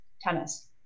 tennis